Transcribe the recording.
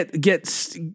get